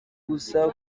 gusa